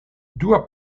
dua